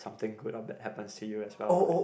something good or bad happens to you as well right